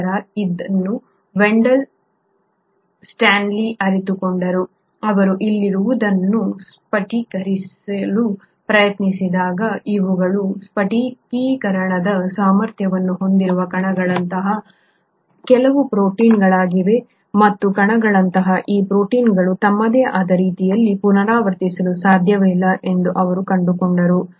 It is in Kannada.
ನಂತರ ಅದನ್ನು ವೆಂಡಾಲ್ ಸ್ಟಾನ್ಲಿ ಅರಿತುಕೊಂಡರು ಅವರು ಇಲ್ಲಿರುವುದನ್ನು ಸ್ಫಟಿಕೀಕರಿಸಲು ಪ್ರಯತ್ನಿಸಿದಾಗ ಇವುಗಳು ಸ್ಫಟಿಕೀಕರಣದ ಸಾಮರ್ಥ್ಯವನ್ನು ಹೊಂದಿರುವ ಕಣಗಳಂತಹ ಕೆಲವು ಪ್ರೋಟೀನ್ಗಳಾಗಿವೆ ಮತ್ತು ಕಣಗಳಂತಹ ಈ ಪ್ರೋಟೀನ್ಗಳು ತಮ್ಮದೇ ಆದ ರೀತಿಯಲ್ಲಿ ಪುನರಾವರ್ತಿಸಲು ಸಾಧ್ಯವಿಲ್ಲ ಎಂದು ಅವರು ಕಂಡುಕೊಂಡರು